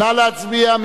נא להצביע.